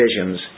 visions